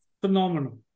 phenomenal